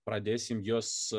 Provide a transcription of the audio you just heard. pradėsim juos